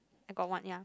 I got one ya